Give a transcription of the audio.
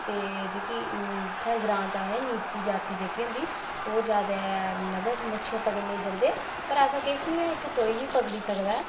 ते जेह्की इत्थै ग्रांऽ च आखदे नीची जात जेह्की होंदी ओह् जैदा मतलब मच्छियें पकड़ने ई जंदे पर ऐसा किश निं ऐ इत्थै कोई बी पकड़ी सकदा ऐ